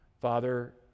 Father